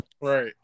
Right